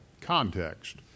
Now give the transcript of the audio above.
context